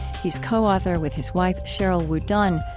he's co-author, with his wife, sheryl wudunn,